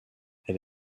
elle